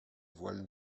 voile